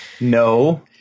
no